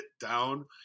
down